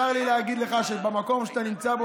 צר לי להגיד לך שבמקום שאתה נמצא בו